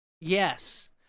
Yes